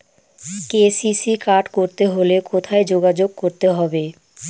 KCC card করতে হলে কোথায় যোগাযোগ করতে হবে?